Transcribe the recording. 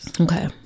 Okay